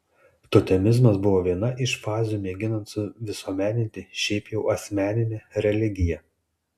totemizmas buvo viena iš fazių mėginant suvisuomeninti šiaip jau asmeninę religiją